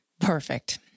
Perfect